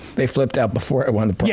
they flipped out before i won the